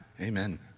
Amen